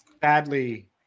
Sadly